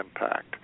impact